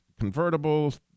convertibles